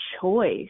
choice